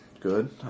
Good